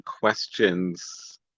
questions